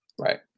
Right